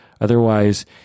Otherwise